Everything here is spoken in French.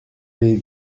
les